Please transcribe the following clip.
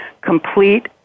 complete